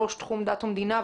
ראש תחום דת ומדינה.